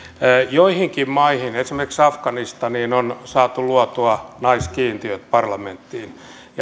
joihinkin maihin esimerkiksi afganistaniin on saatu luotua naiskiintiöt parlamenttiin